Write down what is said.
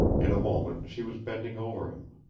in a moment she was bending over him.